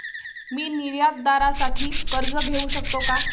मी निर्यातदारासाठी कर्ज घेऊ शकतो का?